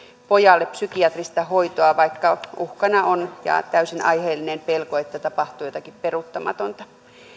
pojalle psykiatrista hoitoa vaikka uhkana on ja täysin aiheellinen pelko että tapahtuu jotakin peruuttamatonta